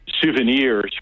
souvenirs